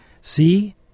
See